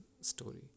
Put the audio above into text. story